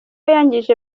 yangije